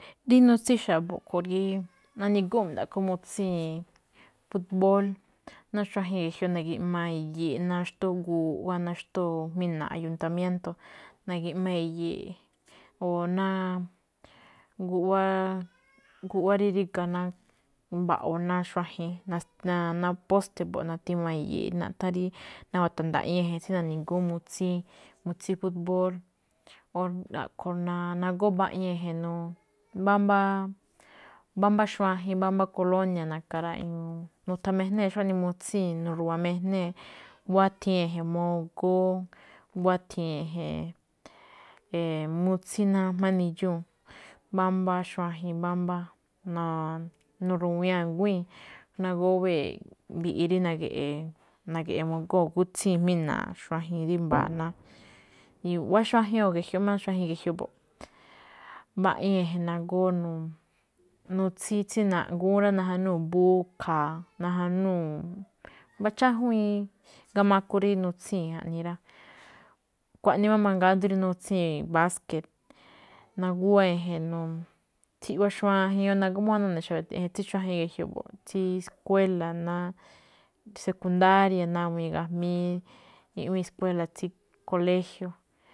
Rí nutsín xa̱bo̱ a̱ꞌkhue̱n rí na̱ni̱gúu̱nꞌ mi̱ndaꞌkho̱ mutsíi̱n, fukbóól ná xuajen ge̱jioꞌ na̱gi̱ꞌma i̱yi̱i̱ꞌ ná xtóo guꞌwá, ná xtóo jmína̱a̱ꞌ ayuntamiénto̱, na̱gi̱ꞌma i̱yi̱i̱ꞌ, o ná guꞌwá, guꞌwá rí ríga̱ ná mba̱ꞌo̱ ná xuajen, ná póste̱ mbo̱ꞌ natima i̱yi̱i̱ꞌ naꞌthán rí nawata̱nda̱ꞌiin e̱je̱n tsí na̱ni̱gúún mutsín, mutsín, fukbóól. A̱ꞌkhue̱n nagóó mbaꞌiin mbámbá, mbámbá xuajen, mbámbá kolónia̱, na̱ka̱ raꞌñuu. Nuthan mijnée̱ xó mutsii̱n nu̱ru̱wa mijnée̱, wáthiin e̱je̱n magoo, wáthi̱i̱n e̱je̱n, mutsín ná jma̱á nindxu̱ún, mbámbáa xuajen mbámbá nu̱ru̱wii̱n a̱nguíi̱n, nagowée̱ mbiꞌi ri na̱ge̱ꞌe̱. Na̱ge̱ꞌe̱ nagóo̱ nagútsii̱n jmína̱a̱ꞌ xuajen rí mba̱a̱ iꞌwá xuajen, o xuajen máꞌ ge̱jioꞌ mbo̱ꞌ. Mbaꞌiin e̱je̱n nagóó nutsín tsí na̱ꞌngu̱ún rá, najanúu̱ mbu̱kha̱a̱, najanúu̱ mbá chajuíin gamaku rí nutsíin jaꞌnii rá. Xkuaꞌnii máꞌ mangaa ído̱ rí nutsíi̱n báske̱, naguwá e̱je̱n, tsí iꞌwá xuajen, nagoo máꞌ none̱ e̱je̱n tsí xuajen ge̱jioꞌ mbo̱ꞌ, tsí skuéla̱ ná sekundária̱ nawi̱i̱n gajmíí iꞌwíin skuéla̱ tsí koléjio̱.